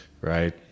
right